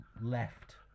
left